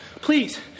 Please